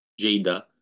Jada